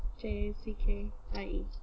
J-A-C-K-I-E